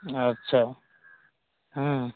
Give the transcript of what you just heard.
अच्छा ह्म्म